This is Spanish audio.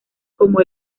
como